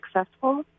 successful